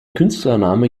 künstlername